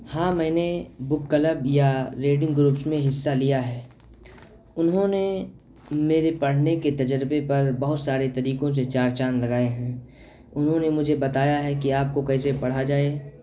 ہاں میں نے بک کلب یا ریڈنگ گروپس میں حصہ لیا ہے انہوں نے میرے پڑھنے کے تجربے پر بہت سارے طریقوں سے چار چاند لگائے ہیں انہوں نے مجھے بتایا ہے کہ آپ کو کیسے پڑھا جائے